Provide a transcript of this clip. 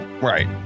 Right